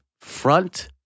front